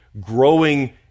growing